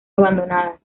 abandonadas